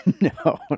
No